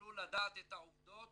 תוכלו לדעת את העובדות